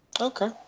Okay